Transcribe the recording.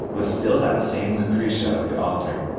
was still that same lucretia of the altar,